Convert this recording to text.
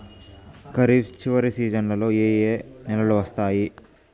ఖరీఫ్ చివరి సీజన్లలో ఏ ఏ నెలలు వస్తాయి